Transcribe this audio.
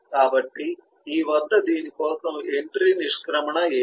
కాబట్టి ఈ వద్ద దీని కోసం ఎంట్రీ నిష్క్రమణ ఏమిటి